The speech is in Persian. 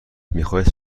میخواهید